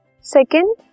second